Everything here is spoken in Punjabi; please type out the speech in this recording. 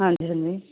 ਹਾਂਜੀ ਹਾਂਜੀ